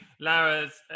Lara's